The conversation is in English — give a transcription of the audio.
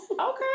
Okay